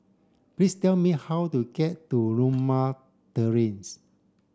please tell me how to get to Limau Terrace